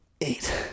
eight